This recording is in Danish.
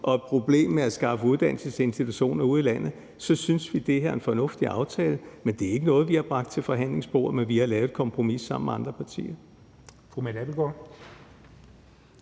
og problemet med at skaffe uddannelsesinstitutioner ude i landet, så synes vi til gengæld, det her er en fornuftig aftale. Men det er ikke noget, vi har bragt til forhandlingsbordet. Men vi har lavet et kompromis sammen med andre partier.